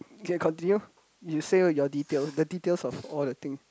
K continue you say your details the details of all the thing